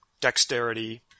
dexterity